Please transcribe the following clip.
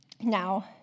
Now